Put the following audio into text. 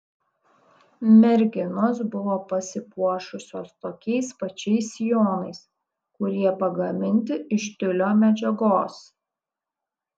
merginos buvo pasipuošusios tokiais pačiais sijonais kurie pagaminti iš tiulio medžiagos